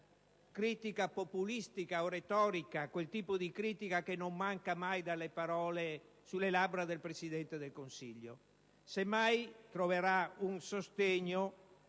critica populistica o retorica, quel tipo di critica che non manca mai sulle labbra del Presidente del Consiglio. Semmai, troverà un sostegno